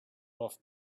off